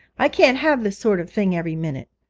i can't have this sort of thing every minute.